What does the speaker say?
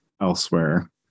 elsewhere